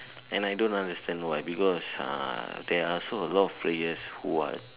and I don't understand why because uh there are also a lot of players who are